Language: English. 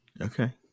Okay